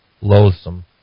Loathsome